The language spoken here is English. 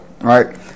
Right